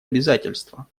обязательства